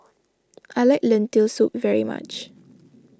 I like Lentil Soup very much